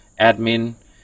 admin